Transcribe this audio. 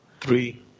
Three